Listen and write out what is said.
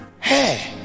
hey